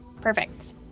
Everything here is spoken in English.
perfect